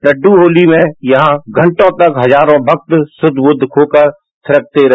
लड़ू होती में यहां घंटों तक हजारों भक्त सुधवुध खोकर शिरकते रहे